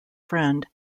friend